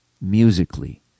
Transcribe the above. musically